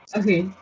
okay